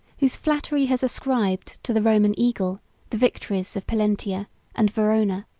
whose flattery has ascribed to the roman eagle the victories of pollentia and verona,